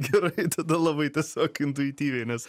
gerai tada labai tiesiog intuityviai nes